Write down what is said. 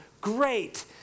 great